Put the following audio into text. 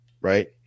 Right